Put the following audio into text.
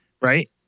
right